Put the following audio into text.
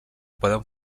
poden